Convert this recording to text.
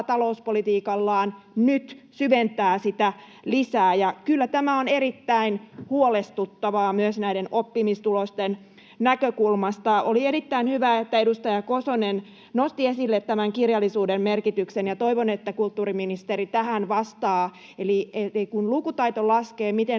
talouspolitiikallaan nyt syventää sitä lisää. Kyllä tämä on erittäin huolestuttavaa myös näiden oppimistulosten näkökulmasta. Oli erittäin hyvä, että edustaja Kosonen nosti esille kirjallisuuden merkityksen, ja toivon, että kulttuuriministeri tähän vastaa: eli kun lukutaito laskee, miten